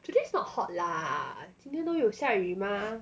today is not hot lah 今天都有下雨嘛